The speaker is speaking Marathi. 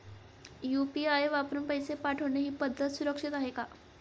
यु.पी.आय वापरून पैसे पाठवणे ही पद्धत सुरक्षित आहे का?